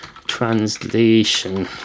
translation